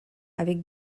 avec